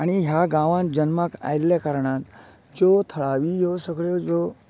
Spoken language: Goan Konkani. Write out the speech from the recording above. आनी ह्या गांवांन जल्माक आयिल्ल्या कारणान ज्यो थळावी ह्यो सगळ्यो ह्यो